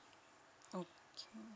okay